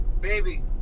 Baby